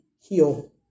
heal